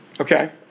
Okay